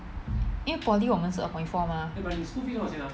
因为 poly 我们是 upon four mah